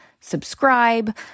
subscribe